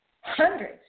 hundreds